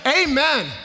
amen